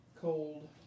cold